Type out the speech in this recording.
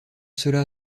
cela